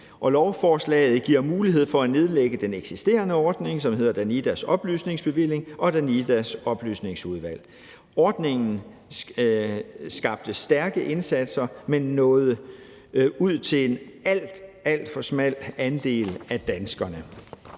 lovforslaget giver mulighed for at nedlægge den eksisterende ordning, som hedder Danidas oplysningsbevilling, og Danidas Oplysningsudvalg. Ordningen skabte stærke indsatser, men nåede ud til en alt, alt for smal andel af danskerne.